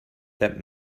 that